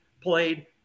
played